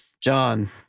John